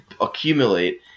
accumulate